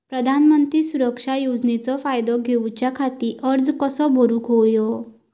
प्रधानमंत्री सुरक्षा योजनेचो फायदो घेऊच्या खाती अर्ज कसो भरुक होयो?